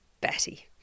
Betty